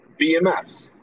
BMS